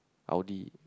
Audi